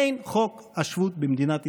אין חוק השבות במדינת ישראל.